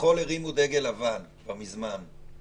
כחול הרימו דגל לבן כבר מזמן.